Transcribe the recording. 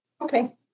Okay